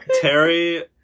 Terry